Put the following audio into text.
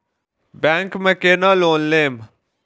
Bank में केना loan लेम?